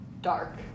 Dark